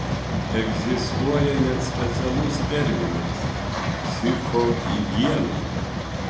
egzistuoja net specialus terminas psichohigiena